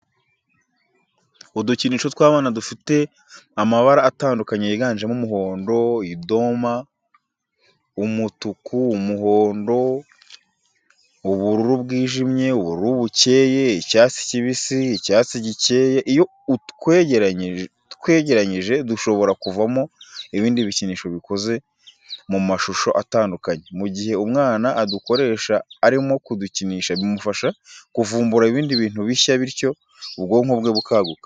Udukinisho tw'abana dufite amabara atandukanye yiganjemo umuhondo, idoma, umutuku, umuhondo, ubururu bwijimye, ubururu bukeye, icyatsi kibisi, icyatsi gikeye, iyo twegeranyijwe dushobora kuvamo ibindi bikinisho bikozze mu mashusho atandukanye, mu gihe umwana adukoresha arimo kudukinisha bimufasha kuvumbura ibindi bintu bishya bityo ubwonko bwe bukaguka.